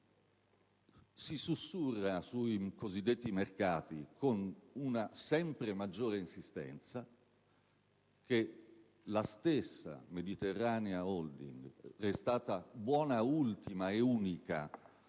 si sussurra sui cosiddetti mercati con una sempre maggiore insistenza che la stessa Mediterranea Holding - che è stata buona ultima, e unica,